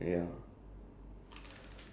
because the bus there will